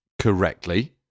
correctly